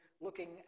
looking